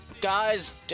Guys